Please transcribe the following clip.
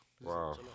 Wow